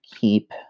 keep